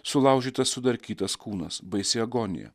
sulaužytas sudarkytas kūnas baisi agonija